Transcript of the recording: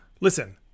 Listen